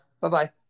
Bye-bye